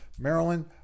maryland